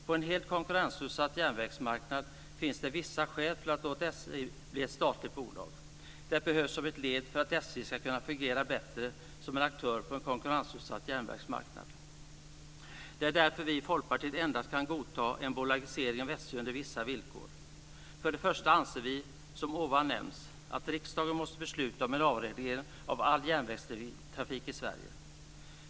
På en helt konkurrensutsatt järnvägsmarknad finns det vissa skäl för att låta SJ bli ett statligt bolag. Det behövs som ett led för att SJ bättre ska kunna fungera som aktör på en konkurrensutsatt järnvägsmarknad. Det är därför som vi i Folkpartiet kan godta en bolagisering av SJ endast på vissa villkor. För det första anser vi, som redan nämnts, att riksdagen måste besluta om en avreglering av all järnvägstrafik i Sverige.